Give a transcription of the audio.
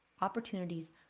Opportunities